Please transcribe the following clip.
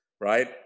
right